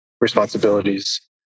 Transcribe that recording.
responsibilities